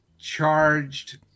charged